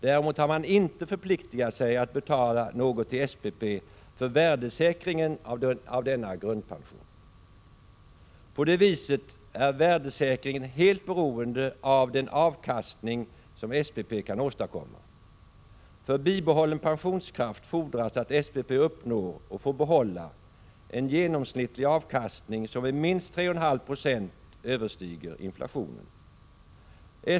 Däremot har man inte förpliktigat sig att betala något till SPP för värdesäkringen av denna grundpension. På det viset är värdesäkringen helt beroende av den avkastning som SPP kan åstadkomma. För bibehållen pensionskraft fordras att SPP uppnår och får behålla en genomsnittlig avkastning som med minst 3,5 4 överstiger inflationen.